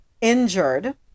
injured